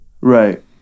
Right